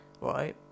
right